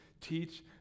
teach